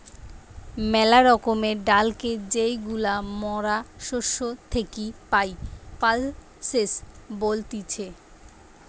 মেলা রকমের ডালকে যেইগুলা মরা শস্য থেকি পাই, পালসেস বলতিছে